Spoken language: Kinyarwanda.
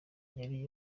yari